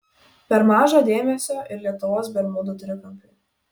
per maža dėmesio ir lietuvos bermudų trikampiui